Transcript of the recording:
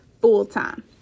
full-time